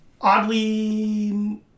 oddly